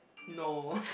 no